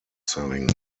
selling